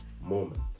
moment